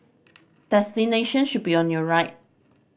destination should be on your right